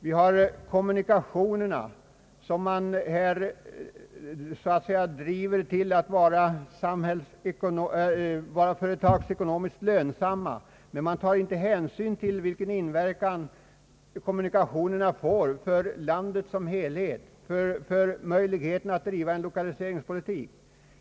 Man kräver vidare att kommunikationerna skall vara företagsekonomiskt lönsamma, men man tar inte hänsyn till vilken inverkan kommunikationerna har på landet som helhet när det gäller möjligheten att bedriva en lokaliseringspolitik.